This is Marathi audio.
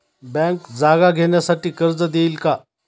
बँक जागा घेण्यासाठी कर्ज देईल का?